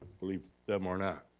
believe them or not.